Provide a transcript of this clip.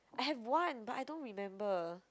I have one but I don't remember